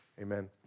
Amen